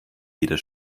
jeder